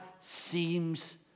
seems